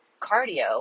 cardio